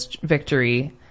victory